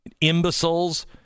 imbeciles